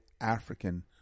African